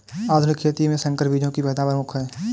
आधुनिक खेती में संकर बीजों की पैदावार मुख्य हैं